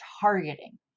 targeting